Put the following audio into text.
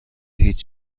هیچ